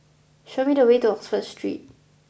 show me the way to Oxford Street